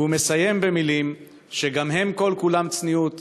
הוא מסיים במילים שגם הן כל כולן צניעות